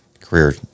career